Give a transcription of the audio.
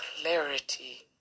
clarity